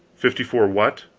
fifty-four what?